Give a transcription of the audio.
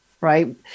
right